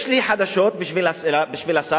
יש לי חדשות לשר,